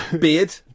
Beard